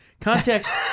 context